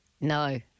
No